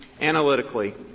Analytically